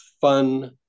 fun